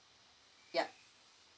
yup